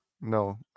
no